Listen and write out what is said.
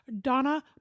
Donna